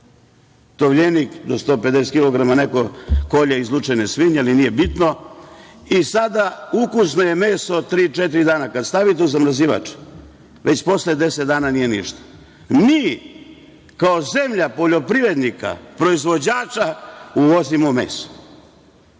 tovljenik do 150 kilograma, neko kolje izlučene svinje, ali nije bitno, i sada ukusno je meso tri-četiri dana, a kada stavite u zamrzivač, već posle deset dana nije ništa. Mi kao zemlja poljoprivrednika, proizvođača, uvozimo meso. Mi